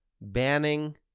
Banning